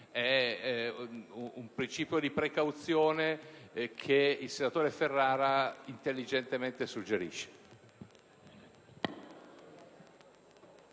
è un principio di precauzione che il senatore Ferrara intelligentemente suggerisce.